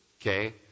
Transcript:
Okay